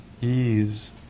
ease